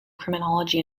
criminology